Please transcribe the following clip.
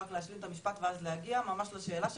להשלים את המשפט ואז להגיע ממש לשאלה שלך,